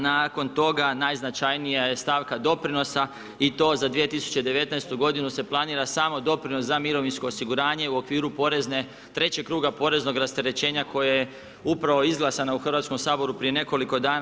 Nakon toga najznačajnija je stavka doprinosa i to za 2019. godinu se planira samo doprinos za mirovinsko osiguranje u okviru porezne, trećeg kruga poreznog rasterećenja koje je upravo izglasano u Hrvatskom saboru prije nekoliko dana.